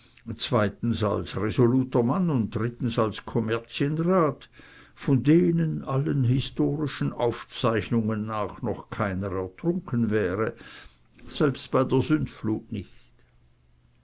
zweitens als resoluter mann und drittens als kommerzienrat von denen allen historischen aufzeichnungen nach noch keiner ertrunken wäre selbst bei der sintflut nicht